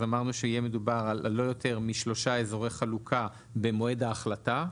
אז אמרנו שיהיה מדובר על לא יותר משלושה אזורי חלוקה במועד ההחלטה,